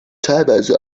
teilweise